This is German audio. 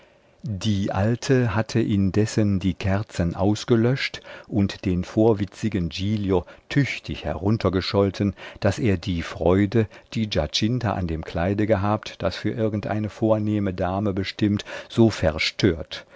die alte hatte indessen die kerzen ausgelöscht und den vorwitzigen giglio tüchtig heruntergescholte daß er die freude die giacinta an dem kleide gehabt das für irgendeine vornehme dame bestimmt so verstört